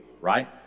right